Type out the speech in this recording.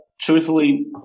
Truthfully